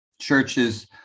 churches